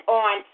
on